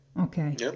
okay